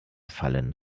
fallen